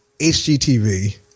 HGTV